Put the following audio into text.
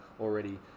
already